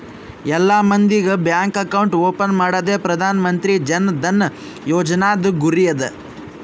ಎಲ್ಲಾ ಮಂದಿಗ್ bank account open ಮಾಡದೆ ಪ್ರಧಾನ್ ಮಂತ್ರಿ ಜನ್ ಧನ ಯೋಜನಾದು ಗುರಿ ಅದ